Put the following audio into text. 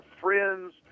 friends